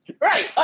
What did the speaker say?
Right